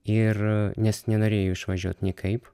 ir nes nenorėjo išvažiuot niekaip